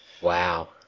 Wow